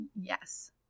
Yes